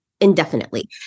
indefinitely